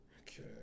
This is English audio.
Okay